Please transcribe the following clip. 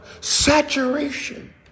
saturation